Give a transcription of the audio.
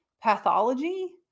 pathology